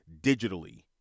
digitally